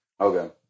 okay